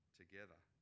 together